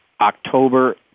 October